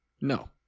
No